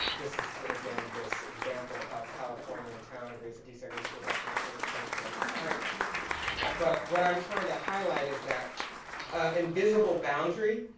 this is again this example of california, town agrees to desegregate schools after the state attorney general's findings but what i'm trying to highlight is that a invisible boundary